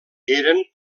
eren